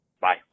Bye